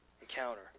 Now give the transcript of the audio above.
encounter